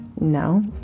No